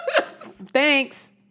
Thanks